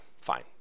fine